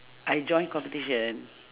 I join competition